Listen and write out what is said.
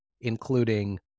including